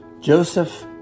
Joseph